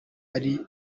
ariyo